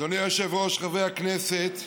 אדוני היושב-ראש, חברי הכנסת,